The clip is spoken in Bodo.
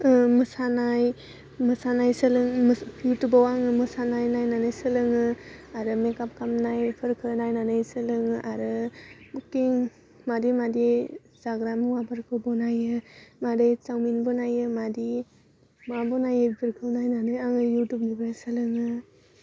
मोसानाय मोसानाय सोलों इउटुबाव आङो मोसानाय नायनानै सोलोङो आरो मेकाब खालामनायफोरखौ नायनानै सोलोङो आरो कुकिं मादि मादि जाग्रा मुवाफोरखौबो नायो मारै चावमिन बनायो मादि मा बनायो बेफोरखौ नायनानै आङो इउटुबनिफ्राय सोलोङो